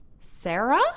Sarah